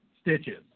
stitches